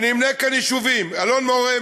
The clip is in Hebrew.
אמנה כאן יישובים: אלון-מורה,